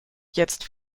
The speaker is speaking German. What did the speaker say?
jetzt